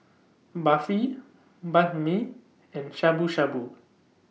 Barfi Banh MI and Shabu Shabu